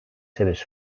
seves